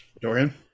Dorian